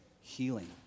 healing